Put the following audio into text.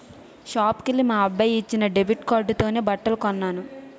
షాపుకెల్లి మా అబ్బాయి ఇచ్చిన డెబిట్ కార్డుతోనే బట్టలు కొన్నాను